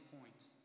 points